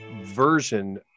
version